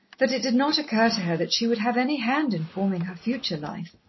that it did not occur to her that she would have any hand in forming her future life.